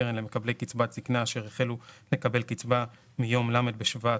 הקרן למקבלי קצבת זקנה אשר החלו לקבל קצבת זקנה מיום ל' בשבט